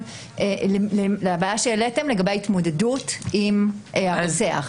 לבעיה שהעליתם לגבי התמודדות עם הרוצח.